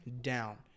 down